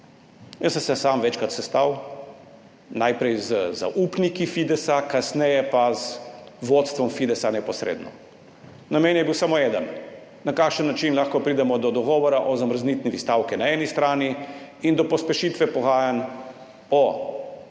Jaz sem se sam večkrat sestal, najprej z zaupniki Fidesa, kasneje pa z vodstvom Fidesa neposredno. Namen je bil samo eden: na kakšen način lahko pridemo do dogovora o zamrznitvi stavke na eni strani in do pospešitve pogajanj o